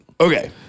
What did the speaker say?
Okay